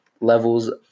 levels